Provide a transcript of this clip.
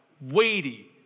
weighty